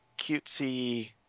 cutesy